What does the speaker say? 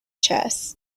chess